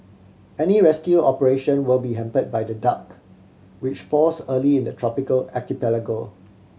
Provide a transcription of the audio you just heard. any rescue operation will be hamper by the dark which falls early in the tropical archipelago